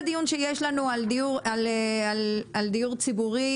כל הדיון שיש לנו על דיור ציבורי,